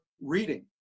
reading